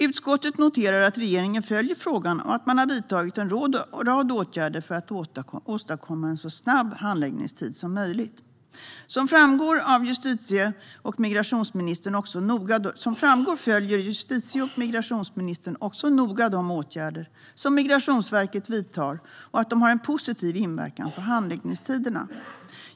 Utskottet noterar att regeringen följer frågan och att man har vidtagit en rad åtgärder för att åstadkomma en så snabb handläggningstid som möjligt. Som framgår följer också justitie och migrationsministern noga de åtgärder som Migrationsverket vidtar och att de har en positiv inverkan på handläggningstiderna.